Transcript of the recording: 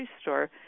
store